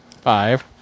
Five